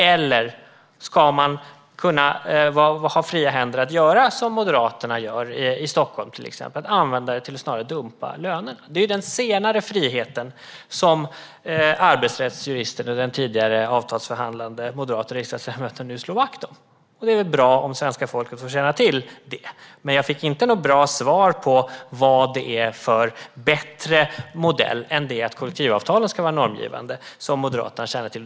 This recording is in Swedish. Eller ska man ha fria händer att göra som Moderaterna i till exempel Stockholm gör, det vill säga använda det till att snarare dumpa lönerna? Det är den senare friheten som arbetsrättsjuristen och den tidigare avtalsförhandlande moderate riksdagsledamoten slår vakt om. Det är väl bra om svenska folket känner till det. Jag fick dock inget bra svar på vad det är för bättre modell än den att kollektivavtalen ska vara normgivande som Moderaterna känner till.